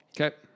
Okay